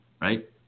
right